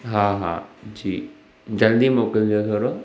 हा हा जी जल्दी मोकिलिजो थोरो